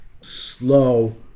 slow